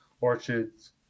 orchards